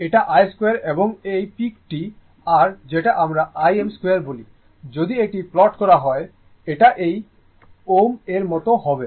এটা i2 এবং এই শিখর টি r যেটা আমরা Im2 বলি যদি এটি প্লট করা হয় এটা এই মত হবে